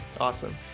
Awesome